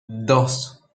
dos